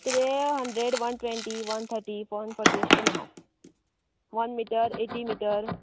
तें hundred one twenty one थटी one forty अशें करन आहात वन मिटर एटी मिटर